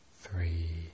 three